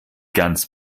ganz